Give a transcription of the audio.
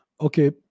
Okay